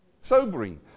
Sobering